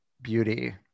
beauty